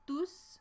tus